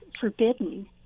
forbidden